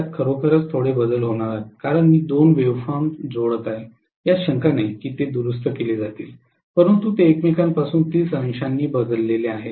त्यात खरोखरच थोडे बदल होणार आहेत कारण मी दोन वेव्ह फॉर्म जोडत आहे यात काही शंका नाही की ते दुरूस्त केले जातील परंतु ते एकमेकांमधून 300 ने बदलले आहेत